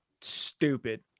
stupid